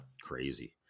Crazy